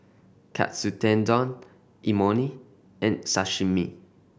Katsu Tendon Imoni and Sashimi